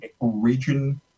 region